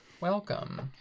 welcome